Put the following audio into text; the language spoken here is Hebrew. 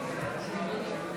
המלחמתי